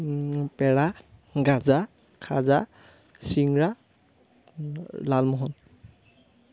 পেৰা গাজা খাজা চিংৰা লালমোহন